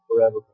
forever